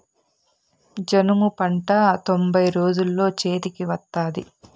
జనుము పంట తొంభై రోజుల్లో చేతికి వత్తాది